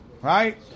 right